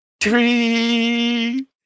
three